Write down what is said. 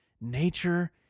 Nature